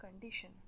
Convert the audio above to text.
condition